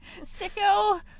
Sicko